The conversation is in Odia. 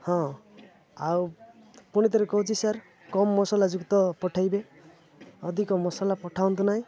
ହଁ ଆଉ ପୁଣିିଥରେ କହୁଛି ସାର୍ କମ ମସଲା ଯୁକ୍ତ ପଠେଇବେ ଅଧିକ ମସଲା ପଠାନ୍ତୁ ନାହିଁ